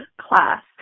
class